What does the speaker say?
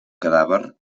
cadàver